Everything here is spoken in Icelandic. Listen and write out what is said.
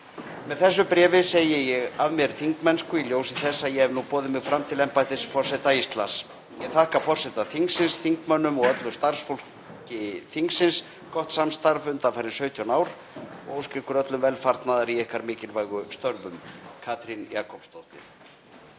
„Með þessu bréfi segi ég af mér þingmennsku í ljósi þess að ég hef nú boðið mig fram til embættis forseta Íslands. Ég þakka forseta þingsins, þingmönnum og öllu starfsfólki þingsins gott samstarf undanfarin 17 ár og óska ykkur öllum velfarnaðar í ykkar mikilvægu störfum. Katrín Jakobsdóttir.“